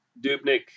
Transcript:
Dubnik